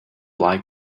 like